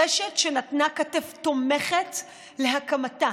רשת שנתנה כתף תומכת להקמתה,